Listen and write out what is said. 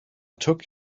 took